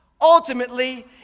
ultimately